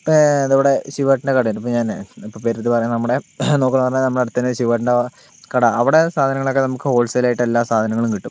ഇപ്പോൾ ദേ ഇവിടെ ശിവേട്ടന്റെ കടയുണ്ട് ഇപ്പം ഞാനിപ്പോൾ പേരെടുത്ത് പറയാൻ നമ്മുടെ നോക്കുകയാണ് പറഞ്ഞാൽ നമ്മുടെ അടുത്തുതന്നെ ശിവേട്ടന്റെ കട അവിടെ സാധനങ്ങളൊക്കെ നമുക്ക് ഹോൾസെയിലായിട്ട് എല്ലാ സാധനങ്ങളും കിട്ടും